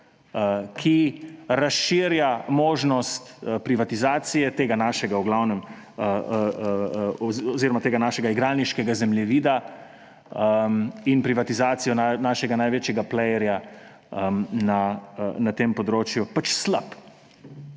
ki razširja možnost privatizacije tega našega igralniškega zemljevida in privatizacijo našega največjega plejerja na tem področju, pač slab.